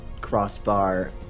crossbar